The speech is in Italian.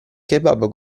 kebab